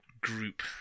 group